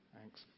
thanks